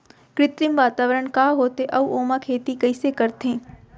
कृत्रिम वातावरण का होथे, अऊ ओमा खेती कइसे करथे?